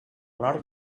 nord